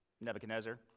Nebuchadnezzar